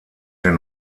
den